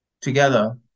together